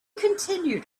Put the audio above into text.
continued